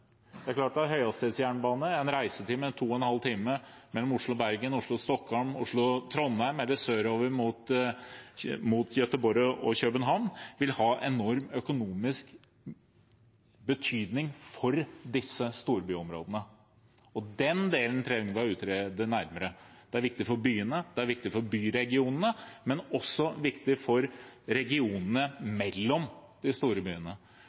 Det er klart at høyhastighetsjernbane med en reisetid på to og en halv time mellom Oslo og Bergen samt høyhastighetsjernbane mellom Oslo og Stockholm, Oslo og Trondheim eller sørover mot Göteborg og København vil ha en enorm økonomisk betydning for disse storbyområdene. Den delen trenger vi å utrede nærmere. Det er viktig for byene, det er viktig for byregionene, men det er også viktig for regionene